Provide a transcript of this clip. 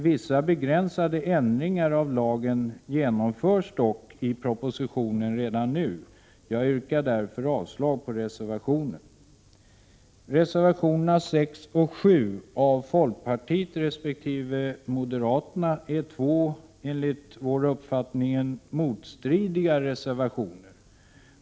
Vissa begränsade ändringar i lagen föreslås dock redan nu i propositionen. Jag yrkar därför avslag på reservationen. Reservationerna 6 och 7 från folkpartiet resp. moderaterna är två enligt — Prot. 1986/87:133 vår uppfattning motstridiga reservationer.